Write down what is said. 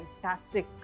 fantastic